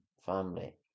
family